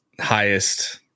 highest